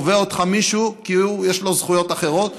ותובע אותך מישהו כי יש לו זכויות אחרות.